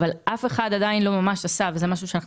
אבל אף אחד עדיין לא ממש עשה וזה משהו שאנחנו